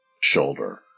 shoulder